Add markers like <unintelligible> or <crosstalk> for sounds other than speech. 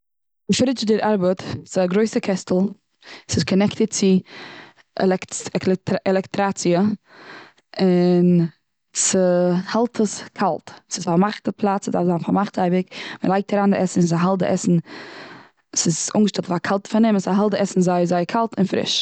די פרידזשעדער ארבעט ס'איז א גרויסע קעסטל ס'איז קאנעקטעד צו <unintelligible> <unintelligible> עלעקטריטאציע, און ס'האלט עס קאלט. ס'איז פארמאכטע פלאץ ס'איז דארף זיין פארמאכט אייביג, מ'לייגט ארין די עסן און ס'האלט די עסן, ס'איז אנגעשטעלט אויף א קאלטע פארנעם, און ס'האלט די עסן זייער זייער קאלט און פריש.